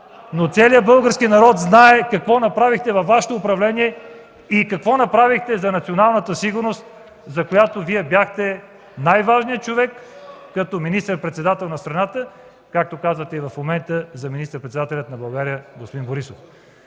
но целият български народ знае какво направихте по време на Вашето управление и какво направихте за националната сигурност, за която Вие бяхте най-важният човек, като министър-председател на страната, както казвате в момента за министър-председателя на България господин Борисов.